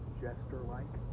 jester-like